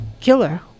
killer